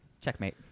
Checkmate